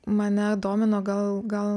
mane domino gal gal